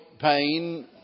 pain